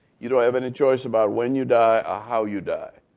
you don't have any choice about when you die or how you die.